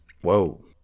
Whoa